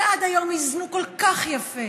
שעד היום איזנו כל כך יפה